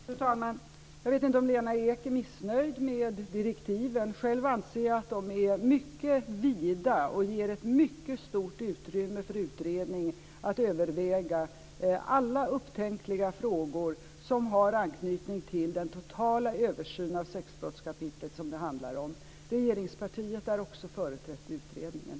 Fru talman! Jag vet inte om Lena Ek är missnöjd med direktiven. Själv anser jag att de är mycket vida och ger ett mycket stort utrymme för utredningen att överväga alla upptänkliga frågor som har anknytning till den totala översyn av sexbrottskapitlet som det handlar om. Regeringspartiet är också företrätt i utredningen.